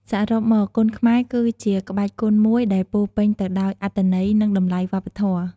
សរុបមក គុនខ្មែរគឺជាក្បាច់គុនមួយដែលពោរពេញទៅដោយអត្ថន័យ និងតម្លៃវប្បធម៌។